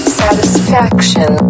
satisfaction